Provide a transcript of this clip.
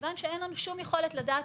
כיוון שאין לנו שום יכולת לדעת,